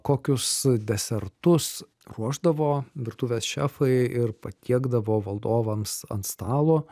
kokius desertus ruošdavo virtuvės šefai ir patiekdavo valdovams ant stalo